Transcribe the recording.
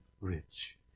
rich